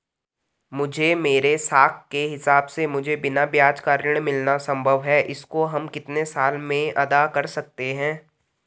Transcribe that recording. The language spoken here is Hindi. मुझे मेरे साख के हिसाब से मुझे बिना ब्याज का ऋण मिलना संभव है इसको हम कितने साल में अदा कर सकते हैं?